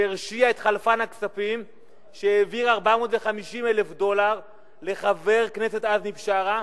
שהרשיע את חלפן הכספים שהעביר 450,000 דולר לחבר הכנסת עזמי בשארה,